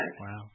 Wow